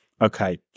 Okay